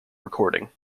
recording